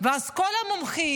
ואז כל המומחים,